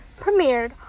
premiered